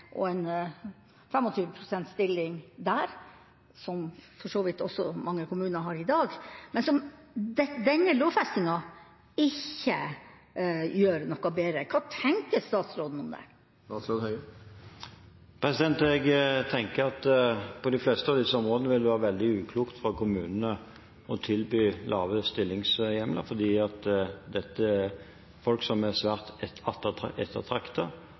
har én 20 pst. stilling her og én 25 pst. stilling der, som for så vidt også mange kommuner har i dag, men som denne lovfestingen ikke gjør noe bedre. Hva tenker statsråden om dette? Jeg tenker at det på de fleste av disse områdene vil være veldig uklokt av kommunene å tilby lave stillingshjemler, fordi dette er folk som er svært